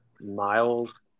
Miles